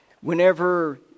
whenever